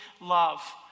love